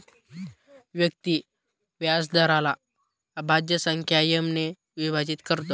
व्यक्ती व्याजदराला अभाज्य संख्या एम ने विभाजित करतो